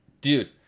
dude